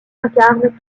incarnent